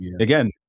again